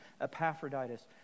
Epaphroditus